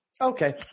Okay